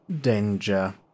danger